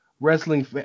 wrestling